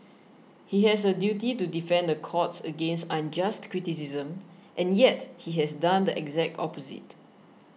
he has a duty to defend the courts against unjust criticism and yet he has done the exact opposite